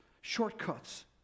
shortcuts